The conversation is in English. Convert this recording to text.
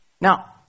Now